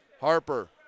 Harper